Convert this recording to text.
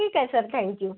ठीक आहे sir thank you